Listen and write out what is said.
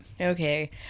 Okay